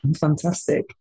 Fantastic